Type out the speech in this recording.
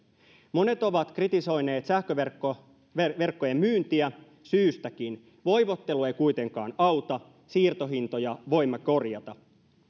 monet ovat kritisoineet sähköverkkoverkkojen myyntiä syystäkin voivottelu ei kuitenkaan auta siirtohintoja voimme korjata